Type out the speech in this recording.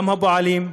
גם הפועלים,